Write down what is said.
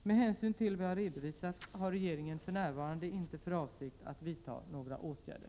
Med hänsyn till vad jag redovisat har regeringen för närvarande inte för avsikt att vidta några åtgärder.